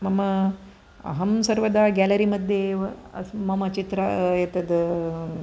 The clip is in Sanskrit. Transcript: मम अहं सर्वदा गेलरि मध्ये एव अस् मम चित्रम् एतद्